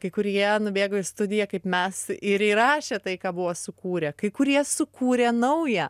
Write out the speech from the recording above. kai kurie nubėgo į studiją kaip mes ir įrašė tai ką buvo sukūrę kai kurie sukūrė naują